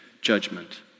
judgment